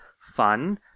fun